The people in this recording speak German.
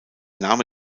name